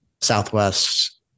southwest